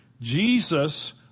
Jesus